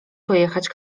pojechać